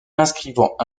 inscrivant